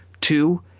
Two